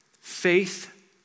Faith